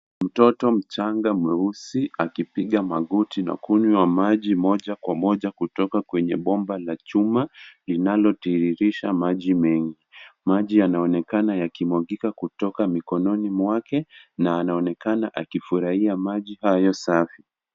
Mtoto mchanga mweusi akipiga magoti na kunywa maji moja kwa moja kutoka kwenye bomba la chuma linalotiririsha maji mengi. Maji yanaonekana yakimwagika kutoka mikononi mwake na anaonekana akifurahia maji hayo safi.